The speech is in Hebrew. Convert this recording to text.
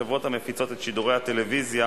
חוק לתיקון פקודת מסילות ברזל (מס' 6),